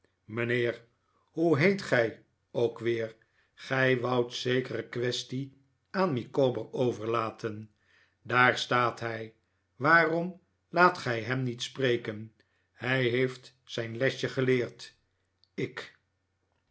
mijnheer hoe heet gij ook weer gij woudt zekere kwestie aan micawber overlaten daar staat hij waarom laat gij hem niet spreken hij heeft zijn lesje geleerd zie ik